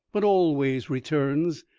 but always returns,